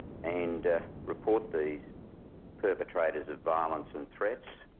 and report the perpetrators of violence and threats,